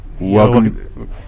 Welcome